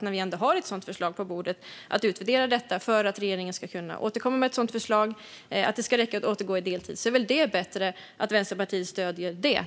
När vi ändå har ett förslag på bordet om att detta ska utvärderas för att regeringen ska kunna återkomma med ett förslag om att det ska räcka att återgå i arbete på deltid är det väl bättre att Vänsterpartiet stöder det.